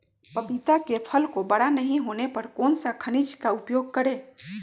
पपीता के फल को बड़ा नहीं होने पर कौन सा खनिज का उपयोग करें?